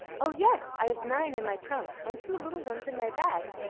oh yes, i have nine in my trunk, and two little ones in my bag,